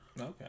Okay